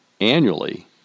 annually